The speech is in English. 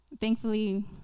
Thankfully